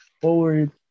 forward